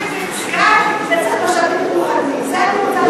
ולמה כשפוגעים במסגד צריך משאבים מיוחדים?